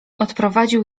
odprowadził